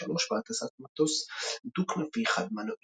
1933, בהטסת מטוס דו-כנפי חד-מנועי.